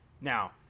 Now